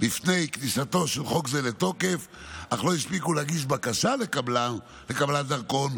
לפני כניסתו של חוק זה לתוקף אך לא הספיקו להגיש בקשה לקבלת דרכון,